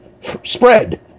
Spread